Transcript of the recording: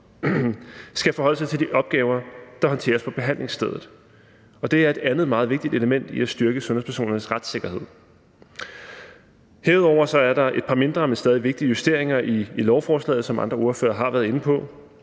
skal forholde sig til de opgaver, der håndteres på behandlingsstedet. Det er et andet meget vigtigt element i at styrke sundhedspersoners retssikkerhed. Herudover er der et par mindre, men stadig vigtige justeringer i lovforslaget, som andre ordførere har været inde på.